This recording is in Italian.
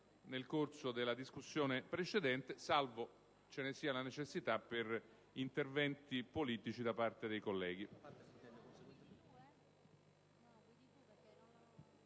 nel corso della discussione precedente, salvo ve ne sia la necessità per interventi politici da parte dei colleghi.